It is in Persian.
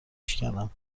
شکنم